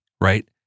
right